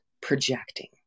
projecting